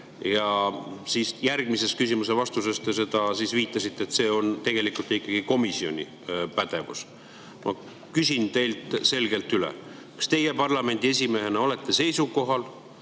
Ja siis järgmise küsimuse vastuses te viitasite, et see on tegelikult ikkagi komisjoni pädevus. Küsin teilt selgelt üle: kas teie parlamendi esimehena olete seisukohal